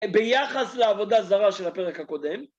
ביחס לעבודה זרה של הפרק הקודם.